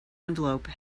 envelope